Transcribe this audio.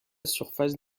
surface